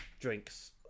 drinks